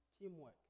teamwork